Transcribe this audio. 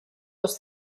los